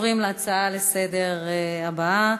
נעבור להצעה לסדר-היום הבאה,